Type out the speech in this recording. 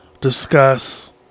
discuss